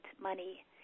money